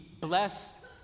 bless